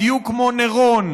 בדיוק כמו נירון,